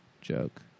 joke